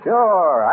Sure